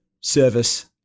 service